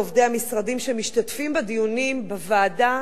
לעובדי המשרדים שמשתתפים בדיונים בוועדה